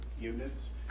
units